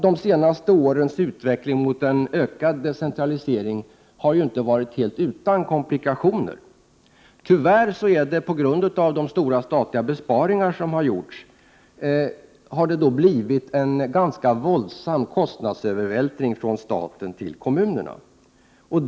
De senaste årens utveckling mot en ökad decentralisering har inte varit helt utan komplikationer. Tyvärr har det på grund av de stora statliga besparingarna blivit en ganska våldsam kostnadsövervältring från staten till kommunerna.